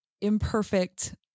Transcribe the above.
imperfect